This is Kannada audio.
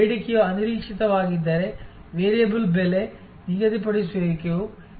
ಬೇಡಿಕೆಯು ಅನಿರೀಕ್ಷಿತವಾಗಿದ್ದರೆ ವೇರಿಯಬಲ್ ಬೆಲೆ ನಿಗದಿಪಡಿಸುವಿಕೆಯು ಇತರ ಕೆಲವು ಸಮಸ್ಯೆಗಳನ್ನು ಹೊಂದಿದೆ